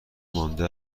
مانده